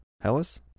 hellas